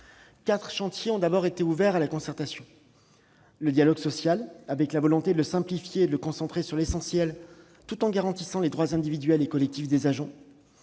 Quatre chantiers ont ainsi été ouverts à la concertation : premièrement, le dialogue social, avec la volonté de le simplifier et de le concentrer sur l'essentiel, tout en garantissant les droits individuels et collectifs des agents